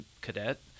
cadet